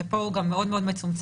ופה הוא גם מאוד מצומצם,